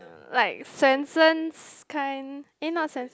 like Swensens kind eh not swensens